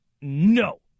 no